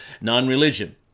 non-religion